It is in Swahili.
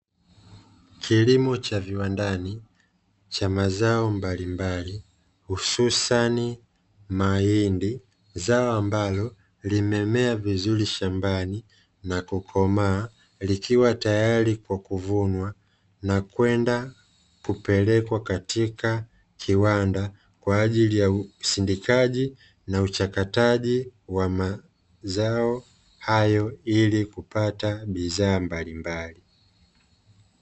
Kilimo cha viwandani, cha mazao mbalimbali hususani mahindi zao ambalo limemea vizuri shambani na kukomaa likiwa tayari kwa kuvunwa, na kwenda kupelekwa katika kiwanda kwa ajili ya usindikaji, na uchakataji wa mazao hayo ili kupata bidhaa mbalimbali.